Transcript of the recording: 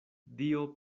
dio